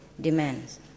demands